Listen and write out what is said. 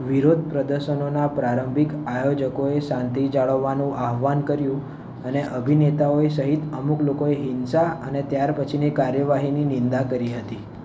વિરોધ પ્રદર્શનોના પ્રારંભિક આયોજકોએ શાંતિ જાળવવાનું આહ્વાન કર્યું અને અભિનેતાઓએ સહિત અમુક લોકોએ હિંસા અને ત્યાર પછીની કાર્યવાહીની નિંદા કરી હતી